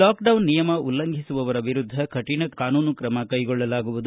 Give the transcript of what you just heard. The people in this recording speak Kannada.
ಲಾಕ್ಡೌನ್ ನಿಯಮ ಉಲ್ಲಂಘಿಸುವವರ ವಿರುದ್ಧ ಕಠಿಣ ಕಾನೂನು ಕ್ರಮ ಕೈಗೊಳ್ಳಲಾಗುವುದು